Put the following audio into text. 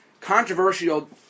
Controversial